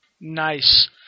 Nice